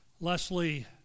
Leslie